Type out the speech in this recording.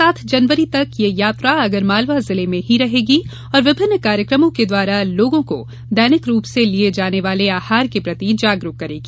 सात जनवरी तक ये यात्रा आगरमलावा जिले में ही रहेगी और विभिन्न कार्यक्रमों के द्वारा लोगों को दैनिक रूप से लिये जाने वाले आहार के प्रति जागरूक करेगी